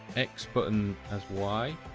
x button as y